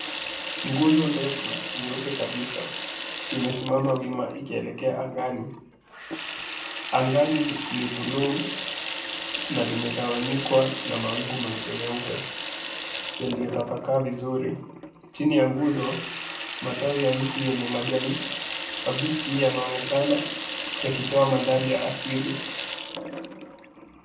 Nguzo ndefu nyeupe kabisa imesimama wima ikielekea angani. Angani ni bluu na limetawanyikwa na mawingu meupe meupe yaliyotapakaa vizuri. Chini ya nguzo matawi ya mti yenye majani mabichi yanaonekana yakitoa mandhari ya asili.